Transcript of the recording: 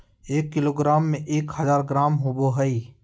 एक किलोग्राम में एक हजार ग्राम होबो हइ